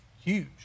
huge